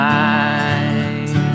mind